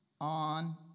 on